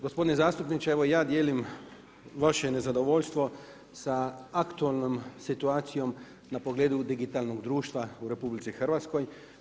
Gospodine zastupniče, evo ja dijelim vaše nezadovoljstvo sa aktualnom situacijom na pogledu digitalnog društva u Republici Hrvatskoj.